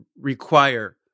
require